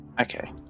Okay